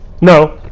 No